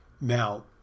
Now